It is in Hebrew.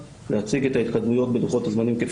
להציג את ההתקדמויות בלוחות הזמנים,